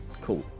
Cool